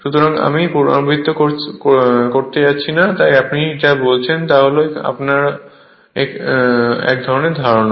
সুতরাং আমি পুনরাবৃত্তি করতে যাচ্ছি না তাই আপনি যা বলছেন তা হল আপনার এক ধরনের ধারণা